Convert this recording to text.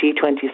G20